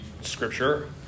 scripture